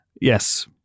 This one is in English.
Yes